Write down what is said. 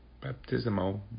baptismal